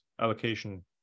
allocation